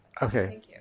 Okay